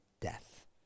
death